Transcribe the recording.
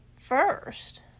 first